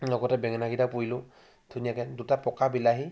লগতে বেঙেনাকেইটা পূৰিলোঁ ধুনীয়াকৈ দুটা পকা বিলাহী